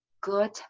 good